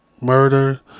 murder